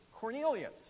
Cornelius